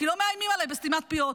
כי לא מאיימים עליי בסתימת פיות.